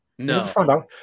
No